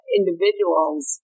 individuals